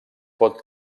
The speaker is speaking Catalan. pot